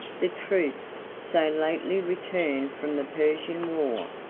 the troops, so lately returned from the persian war,